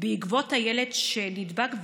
בעקבות הילד שנדבק,